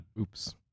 oops